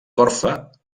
corfa